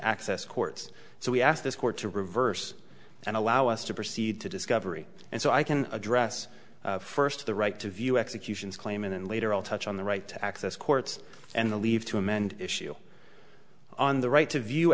access courts so we asked this court to reverse and allow us to proceed to discovery and so i can address first the right to view executions claim and then later i'll touch on the right to access courts and the leave to amend issue on the right to view